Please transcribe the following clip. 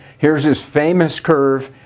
here's his famous curve.